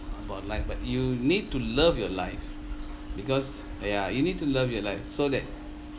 about life but you need to love your life because ya you need to love your life so that